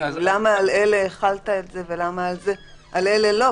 למה על אלה החלת את זה ולמה על אלה לא,